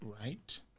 right